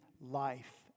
life